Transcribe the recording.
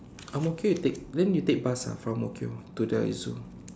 Ang-Mo-Kio you take then you take bus ah from Ang-Mo-Kio to the zoo